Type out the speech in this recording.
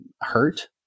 hurt